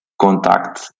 contact